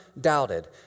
doubted